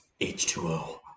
H2O